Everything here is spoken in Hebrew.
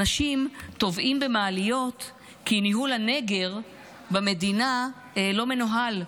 אנשים טובעים במעליות כי ניהול הנגר במדינה לא מנוהל,